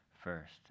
first